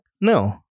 no